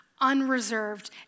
unreserved